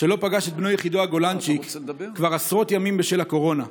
שלא פגש את בנו יחידו הגולנצ'יק כבר עשרות ימים בשל הקורונה,